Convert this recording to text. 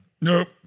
nope